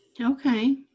Okay